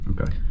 Okay